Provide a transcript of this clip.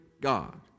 God